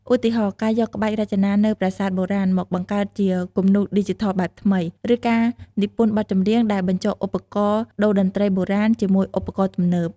ឧទាហរណ៍ ការយកក្បាច់រចនានៅប្រាសាទបុរាណមកបង្កើតជាគំនូរឌីជីថលបែបថ្មី ឬការនិពន្ធបទចម្រៀងដែលបញ្ចូលឧបករណ៍តូរ្យតន្ត្រីបុរាណជាមួយឧបករណ៍ទំនើប។